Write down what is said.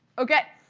ok,